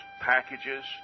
packages